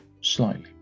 slightly